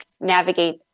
navigate